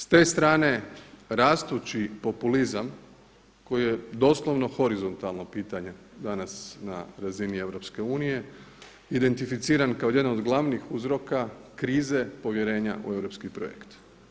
S te strane rastući populizam koji je doslovno horizontalno pitanje danas na razini EU identificiran kao jedan od glavnih uzroka krize povjerenja u europski projekt.